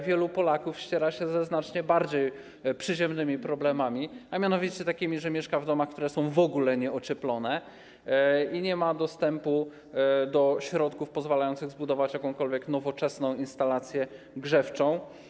Wielu Polaków ściera się ze znacznie bardziej przyziemnymi problemami, a mianowicie takimi, że mieszkają w domach, które w ogóle nie są ocieplone, i nie mają oni dostępu do środków pozwalających zbudować jakąkolwiek nowoczesną instalację grzewczą.